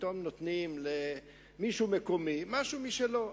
פתאום נותנים למישהו מקומי משהו משלו.